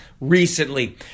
recently